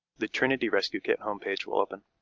the trinity rescue kit home page will open.